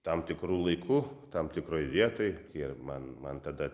tam tikru laiku tam tikroj vietoj ir man man tada